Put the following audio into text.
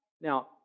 Now